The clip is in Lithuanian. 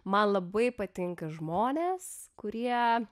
man labai patinka žmonės kurie